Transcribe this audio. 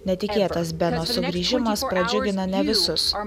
netikėtas beno sugrįžimas pradžiugino ne visus o